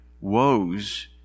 woes